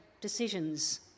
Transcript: decisions